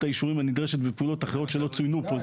האישורים הנדרשת בפעולות אחרות שלא צוינו פה.